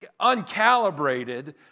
uncalibrated